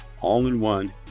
all-in-one